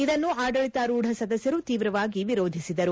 ಇದನ್ನು ಆಡಳಿತಾರೂಢ ಸದಸ್ಯರು ತೀವ್ರವಾಗಿ ವಿರೋಧಿಸಿದರು